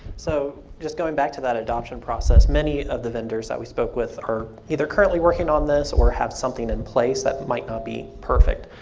so just going back to that adoption process, many of the vendors that we spoke with are either currently working on this or have something in place that might not be perfect.